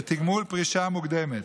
ותגמול פרישה מוקדמת.